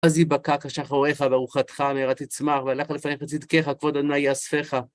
אז יבקע כשחר אורך וארוכתך מהרה תצמח, והלך לפניך צדקך, וכבוד אדוני יאספך.